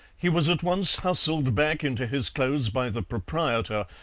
he was at once hustled back into his clothes by the proprietor,